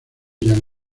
jean